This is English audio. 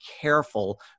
careful